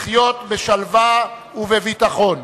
לחיות בשלווה ובביטחון.